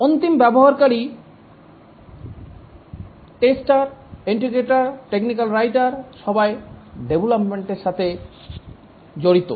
অন্তিম ব্যবহারকারী tester integrator technical writer সবাই ডেভলপমেন্টের সাথে জড়িত